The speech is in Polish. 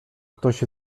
ktoś